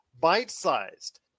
bite-sized